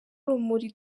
urumuri